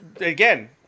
Again